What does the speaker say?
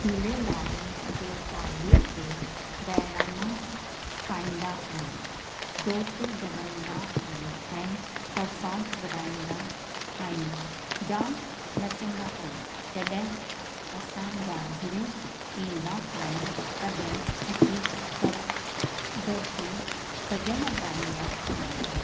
झूलेलाल जे चालीहे ते बहिराणा ठाहींदा आहियूं जोति जगाईंदा आहियूं ऐं परसाद विरिहाईंदा आहियूं जाम नचंदा आहियूं जॾहिं असांजा गुरु ईंदा आहिनि तॾहिं असां सभु गॾिजी भॼन ॻाईंदा आहियूं